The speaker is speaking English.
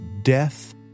death